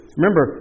Remember